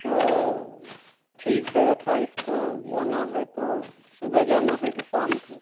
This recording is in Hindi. तो ठीक है अट्ठाईस को जाना है तो सुबह जाना है कि शाम को